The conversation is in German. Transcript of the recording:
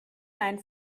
ein